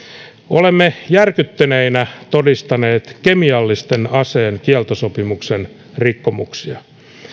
olemme järkyttyneinä todistaneet kemiallisen aseen kieltosopimuksen rikkomuksia